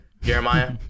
Jeremiah